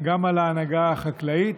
על ההנהגה החקלאית.